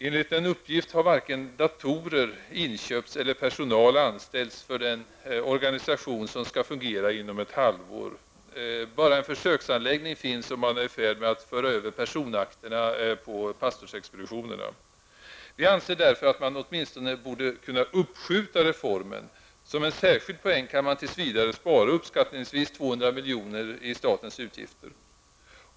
Enligt uppgift har varken datorer inköpts eller personal anställts för den organisation som skall fungera inom ett halvår. Bara en försöksanläggning finns, och man är i färd med att föra över personakterna på pastorsexpeditionerna. Vi anser därför att man åtminstone borde kunna uppskjuta reformen. Som en särskild poäng ser vi det att man då tills vidare kan spara uppskattningsvis 200 miljoner av statens utgifter.